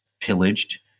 pillaged